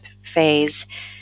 phase